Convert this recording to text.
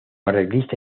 arreglista